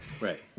right